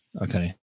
okay